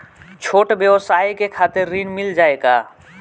छोट ब्योसाय के खातिर ऋण मिल जाए का?